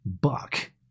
buck